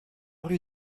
rue